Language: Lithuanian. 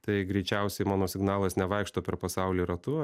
tai greičiausiai mano signalas nevaikšto per pasaulį ratu